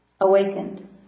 awakened